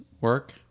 work